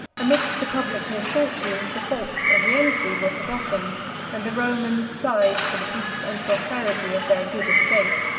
amidst the public misfortunes, the faults of rienzi were forgotten and the romans sighed for the peace and prosperity of their good estate.